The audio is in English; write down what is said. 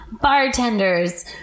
Bartenders